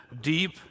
deep